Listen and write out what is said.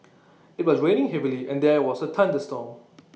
IT was raining heavily and there was A thunderstorm